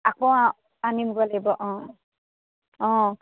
আকৌ লাগিব অঁ অঁ